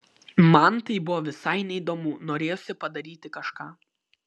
man tai buvo visai neįdomu norėjosi padaryti kažką